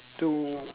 to